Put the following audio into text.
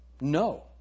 No